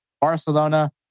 Barcelona